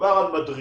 מדובר על מדריכות,